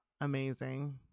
Amazing